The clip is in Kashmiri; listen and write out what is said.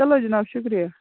چلو جناب شُکریہ